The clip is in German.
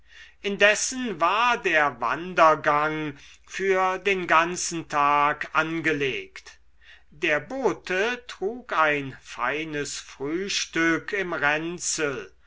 indessen war der wandergang für den ganzen tag angelegt der bote trug ein feines frühstück im ränzel